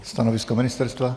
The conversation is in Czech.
Stanovisko ministerstva?